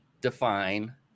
define